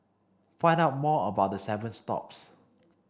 find out more about the seven stops